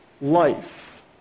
life